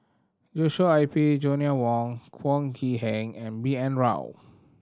Joshua Ip Joanna Wong Heng and B N Rao